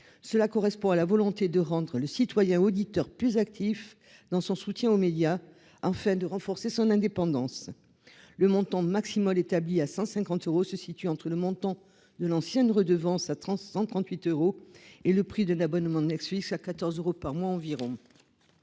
Cela correspond à la volonté de rendre le citoyen auditeur plus actif dans son soutien aux médias enfin de renforcer son indépendance. Le montant maximum, établi à 150 euros se situe entre le montant de l'ancienne redevance à 30 138 euros et le prix de l'abonnement de NEC suisse à 14 euros par mois environ.